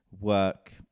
Work